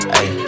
ay